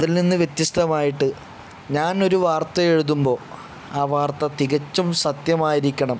അതിൽ നിന്ന് വ്യത്യസ്തമായിട്ട് ഞാനൊരു വാർത്ത എഴുതുമ്പോൾ ആ വാർത്ത തികച്ചും സത്യമായിരിക്കണം